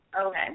Okay